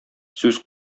сүз